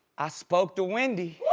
i spoke to wendy.